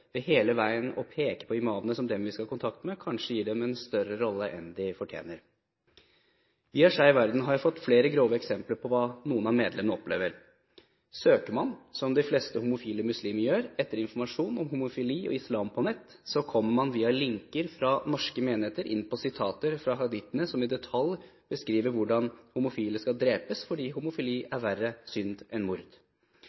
ved hele veien å peke på imamene som dem vi skal ha kontakt med. Vi i Skeiv Verden har fått flere grove eksempler på hva noen av medlemmene opplever: Søker man, som de fleste homofile muslimer gjør, etter informasjon om homofili og islam på nett, kommer man via linker fra norske menigheter inn på sitater fra hadithene som i detalj beskriver hvordan homofile skal drepes fordi homofili